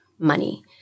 money